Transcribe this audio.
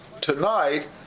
tonight